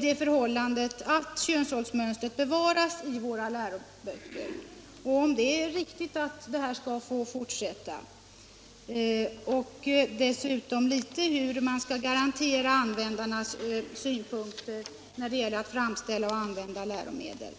det förhållandet att könsrollsmönstret bevaras i våra läroböcker. Skall det förhållandet få fortsätta? Vidare efterlyser jag hur man skall garantera att användarnas synpunkter tillgodoses när det gäller att framställa och använda läromedel.